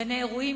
גני-אירועים,